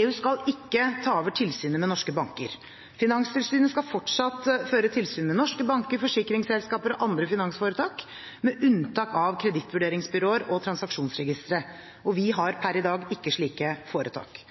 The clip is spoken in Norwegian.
EU skal ikke ta over tilsynet med norske banker. Finanstilsynet skal fortsatt føre tilsyn med norske banker, forsikringsselskaper og andre finansforetak, med unntak av kredittvurderingsbyråer og transaksjonsregistre. Vi har per i dag ikke slike foretak.